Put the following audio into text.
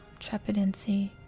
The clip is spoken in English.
trepidancy